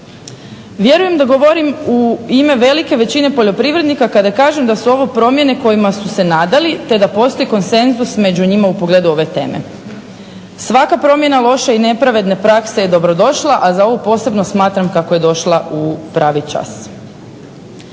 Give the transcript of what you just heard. Vjerujem da govorim u ime velike većine poljoprivrednika kada kažem da su ovo promjene kojima su se nadali te da postoji konsenzus među njima u pogledu ove teme. Svaka promjena loše i nepravedne prakse je dobrodošla, a za ovu posebno smatram kako je došla u pravi čas.